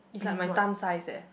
is like my thumb size eh